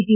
T